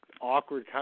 awkward